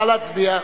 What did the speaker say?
נא להצביע.